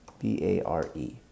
B-A-R-E